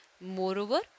Moreover